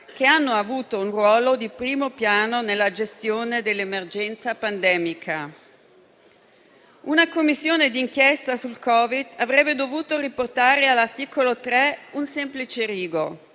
che hanno avuto un ruolo di primo piano nella gestione dell'emergenza pandemica. Una Commissione d'inchiesta sul Covid avrebbe dovuto riportare all'articolo 3 un semplice rigo: